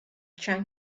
chiang